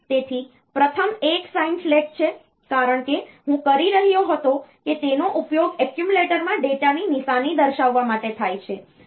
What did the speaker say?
તેથી પ્રથમ એક સાઇન ફ્લેગ છે કારણ કે હું કહી રહ્યો હતો કે તેનો ઉપયોગ એક્યુમ્યુલેટરમાં ડેટાની નિશાની દર્શાવવા માટે થાય છે